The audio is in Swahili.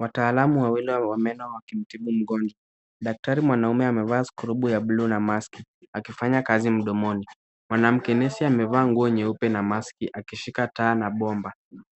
Watalaamu wawili wa meno wakimtibu mgonjwa. Daktari mwanaume amevaa skrubu ya buluu na maski akifanya kazi mdomoni. Mwanamke nesi amevaa nguo nyeupe na maski akishika taa na bomba.